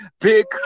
big